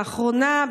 לאחרונה,